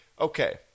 Okay